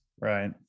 Right